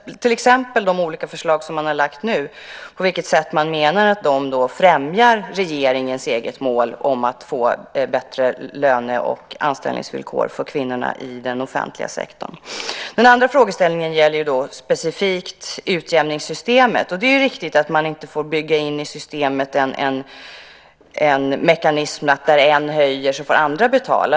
Det gäller till exempel de olika förslag som nu lagts fram. Jag skulle vilja veta på vilket sätt man menar att de främjar regeringens eget mål om bättre löne och anställningsvillkor för kvinnorna i den offentliga sektorn. Den andra frågeställningen gäller utjämningssystemet specifikt. Det är riktigt att man inte får bygga in en mekanism i systemet som innebär att om en höjer lönerna så får andra betala.